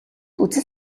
үзэл